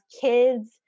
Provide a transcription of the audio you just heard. kids